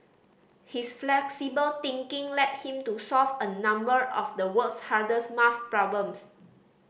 his flexible thinking led him to solve a number of the world's hardest maths problems